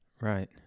Right